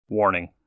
Warning